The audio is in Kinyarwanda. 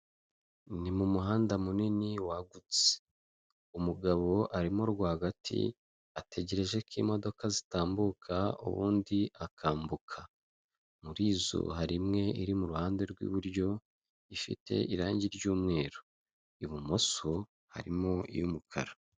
Ni mu muhanda munini wagutse, umugabo arimo rwagati, ategereje ko imodoka zitambuka ubundi akambuka. Muri izo hari imwe iri mu ruhande rw'iburyo, ifite irangi ry'umweru. Ibumoso harimo iy'umukara.